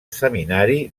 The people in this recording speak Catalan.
seminari